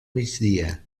migdia